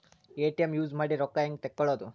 ATM use ಮಾಡಿ ರೊಕ್ಕ ಹೆಂಗೆ ತಕ್ಕೊಳೋದು?